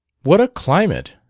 what a climate!